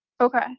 Okay